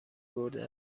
برده